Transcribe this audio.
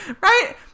right